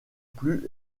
plus